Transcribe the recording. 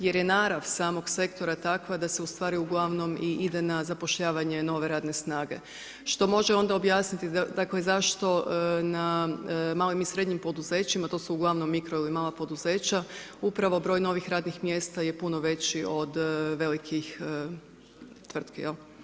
Jer je narav samog sektora takva da se u stvari uglavnom i ide na zapošljavanje nove radne snage što može onda objasniti, dakle zašto na malim i srednjim poduzećima to su uglavnom mikro ili mala poduzeća upravo broj novih radnih mjesta je puno veći od velikih tvrtki.